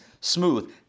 smooth